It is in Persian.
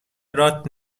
رات